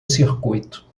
circuito